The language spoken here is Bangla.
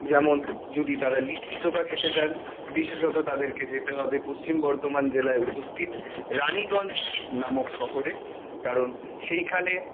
যেমন যদি তারা লিট্টি চোখা খেতে চান বিশেষত তাদেরকে যেতে হবে পশ্চিম বর্ধমান জেলায় উপস্থিত রানিগঞ্জ নামক শহরে কারণ সেইখানে